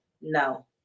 No